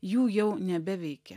jų jau nebeveikia